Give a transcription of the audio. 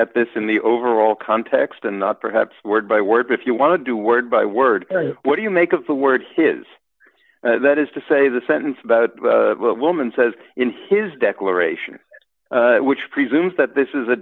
at this in the overall context and not perhaps word by word if you want to do word by word what do you make of the word his that is to say the sentence about a woman says in his declaration which presumes that this